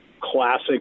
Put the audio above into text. classic